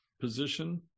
position